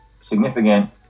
significant